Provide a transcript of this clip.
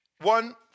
one